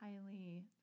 Highly